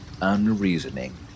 unreasoning